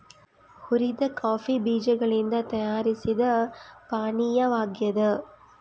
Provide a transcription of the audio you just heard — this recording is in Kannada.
ಹುರಿದ ಕಾಫಿ ಬೀಜಗಳಿಂದ ತಯಾರಿಸಿದ ಪಾನೀಯವಾಗ್ಯದ